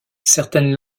certaines